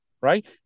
Right